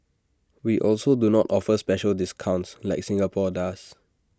we also do not offer special discounts like Singapore does